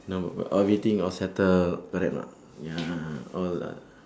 now everything all settle correct or not ya all ah